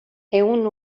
ehun